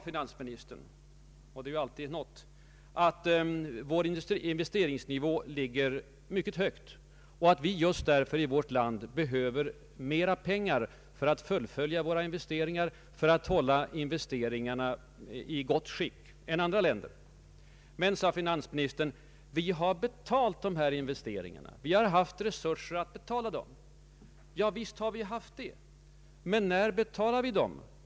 Finansministern medgav — och det är ju alltid något — att vår investeringsnivå ligger mycket högt och att vi just därför i vårt land behöver mera pengar för att underhålla och fullfölja investeringsutvecklingen i förhållande till andra länder. Vi har haft resurser att betala investeringarna, sade finansministern. Visst har vi haft det. Men när betalade vi dem?